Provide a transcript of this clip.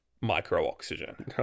micro-oxygen